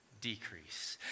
decrease